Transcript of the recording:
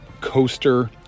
coaster